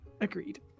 Agreed